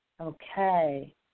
Okay